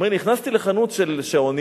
הוא אומר: נכנסתי לחנות של שעונים,